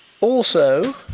Also